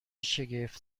شگفت